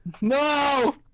No